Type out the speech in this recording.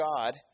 God